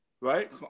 right